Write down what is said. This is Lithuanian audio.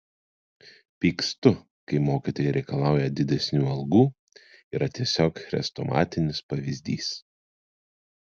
pykstu kai mokytojai reikalauja didesnių algų yra tiesiog chrestomatinis pavyzdys